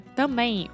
também